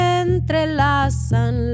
entrelazan